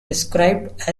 described